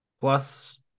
plus